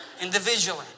individually